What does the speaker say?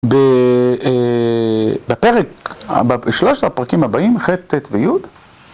בפרק, בשלוש הפרקים הבאים, ח' ט' וי'